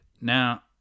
Now